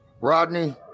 Rodney